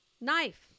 knife